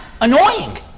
annoying